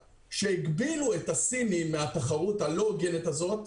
שהגבילו את הסינים מהתחרות הלא הוגנת הזו,